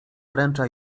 wręcza